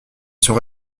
sont